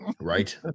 Right